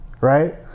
right